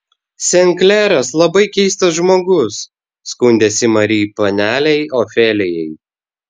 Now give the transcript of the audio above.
sen kleras labai keistas žmogus skundėsi mari panelei ofelijai